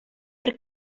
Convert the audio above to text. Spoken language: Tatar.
бер